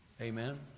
Amen